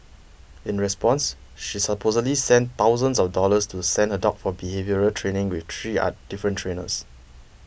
in response she supposedly spent thousands of dollars to send her dog for behaviour training with three other different trainers